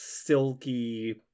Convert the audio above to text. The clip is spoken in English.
silky